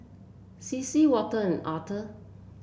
Cecily Walter and Authur